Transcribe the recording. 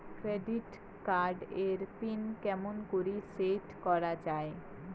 Credit card এর pin কেমন করি সেট করা য়ায়?